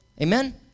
Amen